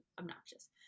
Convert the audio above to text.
obnoxious